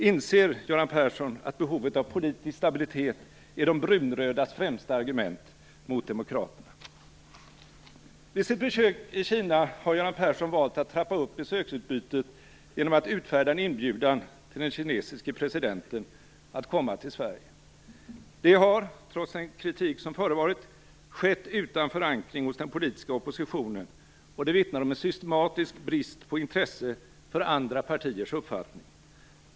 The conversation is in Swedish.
Inser Göran Persson att behovet av politisk stabilitet är de brunrödas främsta argument mot demokraterna? Vid sitt besök i Kina har Göran Persson valt att trappa upp besöksutbytet genom att utfärda en inbjudan till den kinesiske presidenten att komma till Sverige. Detta har - trots den kritik som förevarit - skett utan förankring hos den politiska oppositionen, vilket vittnar om en systematisk brist på intresse för andra partiers uppfattning.